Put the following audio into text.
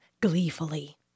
gleefully